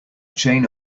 chain